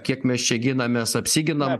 kiek mes čia ginamės apsiginam